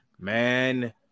Man